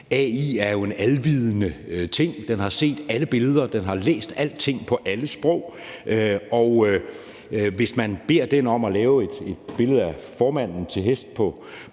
AI er jo en alvidende ting. Den har set alle billeder, den har læst alting på alle sprog, og hvis man beder den om at lave et billede af formanden til hest på